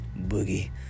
Boogie